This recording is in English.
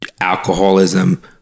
alcoholism